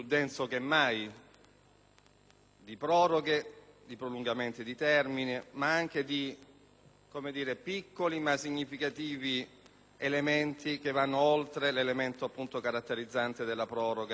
di proroghe, di prolungamenti di termini, ma anche di piccoli ma significativi elementi che vanno oltre l'elemento caratterizzante della proroga dei termini.